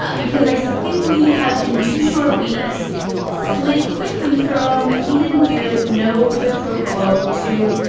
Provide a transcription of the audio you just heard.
ah because i think we have in two short weeks slip quickly from. he didn't do it. no quid pro quo, too.